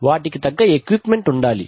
వాటికి తగ్గ ఎక్విప్మెంట్ ఉండాలి